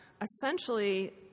essentially